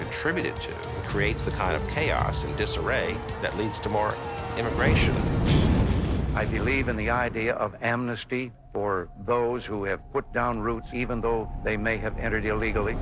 contributed to creates the kind of chaos and disarray that leads to more integration i believe in the idea of amnesty for those who have put down roots even though they may have entered illegally